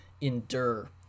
endure